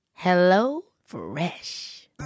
HelloFresh